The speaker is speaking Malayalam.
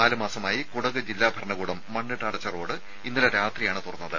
നാലു മാസമായി കുടക് ജില്ലാ ഭരണകൂടം മണ്ണിട്ട് അടച്ച റോഡ് ഇന്നലെ രാത്രിയാണ് തുറന്നത്